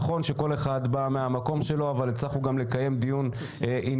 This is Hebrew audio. נכון שכול אחד בא מהמקום שלו אבל הצלחנו גם לקיים דיון ענייני,